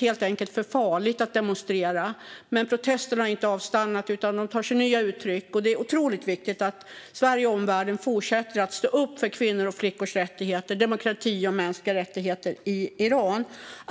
helt enkelt blivit för farligt att demonstrera. Men protesterna har inte avstannat, utan de tar sig nya uttryck. Det är otroligt viktigt att Sverige och omvärlden fortsätter att stå upp för kvinnors och flickors rättigheter, för demokrati och för mänskliga rättigheter i Iran.